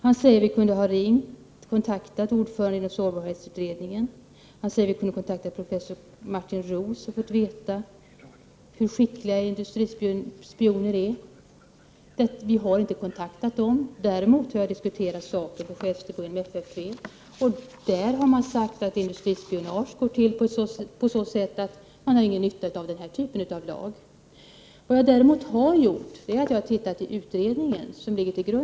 Han säger att vi kunde kontakta ordföranden i sårbarhetsberedningen och professor Carl Martin Roos för att få veta hur skickliga industrispioner är. Vi har inte kontaktat dessa personer. Däremot har jag diskuterat saken med chefer i FFV. Dessa har sagt att industrispionage går till på ett sådant sätt att man inte har någon nytta av den här typen av lag. Dessutom har jag läst utredningen.